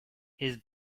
his